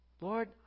Lord